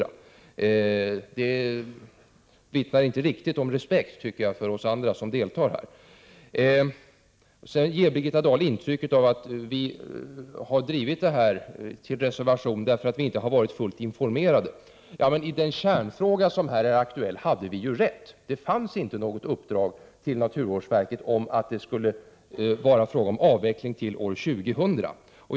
Det vittnar inte riktigt om respekt för oss andra som deltar i debatten, tycker jag. Sedan ger Birgitta Dahl intrycket att vi drivit detta till en reservation därför att vi inte varit fullt informerade. Men i den kärnfråga som är aktuell hade vi ju rätt: Det fanns inget uppdrag till naturvårdsverket om att det skulle vara fråga om avveckling till år 2000.